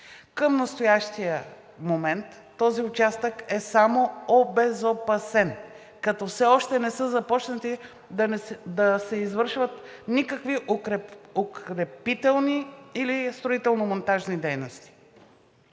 Към настоящия момент този участък е само обезопасен, като все още не са започнати да се извършват никакви укрепителни или строително-монтажни дейности.